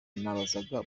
nabazaga